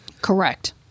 Correct